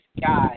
guys